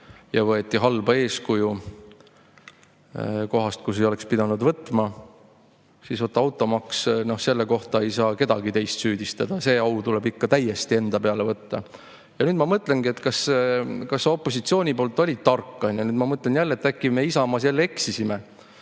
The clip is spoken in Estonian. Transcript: ja võeti halba eeskuju kohast, kust ei oleks pidanud võtma, siis vot automaksus ei saa kedagi teist süüdistada, see au tuleb ikka täiesti enda peale võtta. Nüüd ma mõtlengi, kas opositsiooni poolt oli tark – ma mõtlen, et äkki me Isamaas jälle eksisime